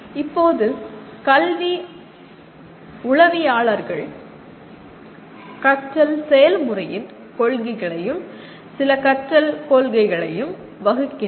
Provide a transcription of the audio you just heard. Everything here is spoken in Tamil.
இப்போது கல்வி உளவியலாளர்கள் கற்றல் செயல்முறையின் கொள்கைகளையும் சில கற்றல் கொள்கைகளையும் வகுக்கின்றனர்